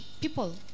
people